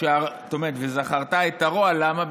זאת אומרת וזכרת את הרוע, למה?